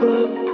up